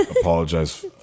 Apologize